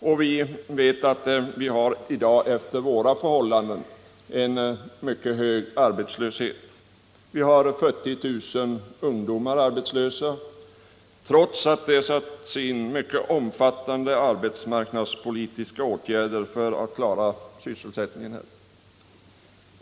Och vi vet att vi i dag har en för våra förhållanden mycket hög arbetslöshet, 40 000 ungdomar, trots att det satts in mycket omfattande arbetsmarknadspolitiska åtgärder för att klara sysselsättningen.